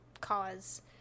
cause